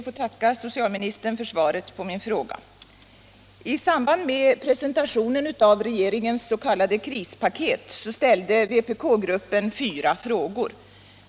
Herr talman! Jag ber att få tacka statsrådet för svaret på min fråga. I samband med presentationen av regeringens s.k. krispaket ställde vpk-gruppen fyra frågor.